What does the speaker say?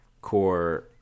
core